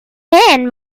man